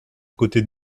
côté